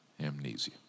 amnesia